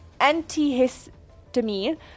antihistamine